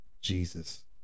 Jesus